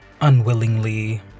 unwillingly